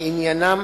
שעניינם